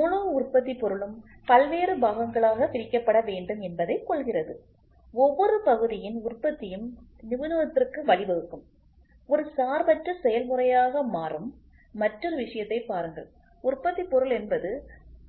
முழு உற்பத்தி பொருளும் பல்வேறு பாகங்களாக பிரிக்கப்பட வேண்டும் என்பதை கொள்கிறது ஒவ்வொரு பகுதியின் உற்பத்தியும் நிபுணத்துவத்திற்கு வழிவகுக்கும் ஒரு சார்பற்ற செயல்முறையாக மாறும் மற்றொரு விஷயத்தைப் பாருங்கள் உற்பத்தி பொருள் என்பது